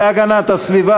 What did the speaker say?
ואפילו הגנת הסביבה,